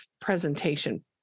presentation